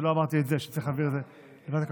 ולא אמרתי שצריך להעביר את זה לוועדת הכלכלה.